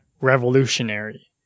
revolutionary